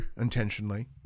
intentionally